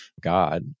God